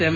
M